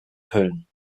köln